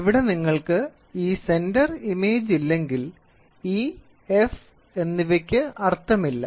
ഇവിടെ നിങ്ങൾക്ക് ഈ സെന്റർ ഇമേജ് ഇല്ലെങ്കിൽ ഈ E F എന്നിവയ്ക്ക് അർത്ഥമില്ല